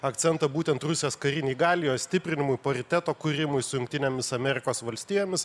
akcentą būtent rusijos karinei galiai jos stiprinimui pariteto kūrimui su jungtinėmis amerikos valstijomis